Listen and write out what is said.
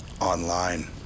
online